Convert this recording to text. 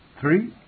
Three